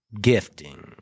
gifting